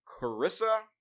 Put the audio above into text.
carissa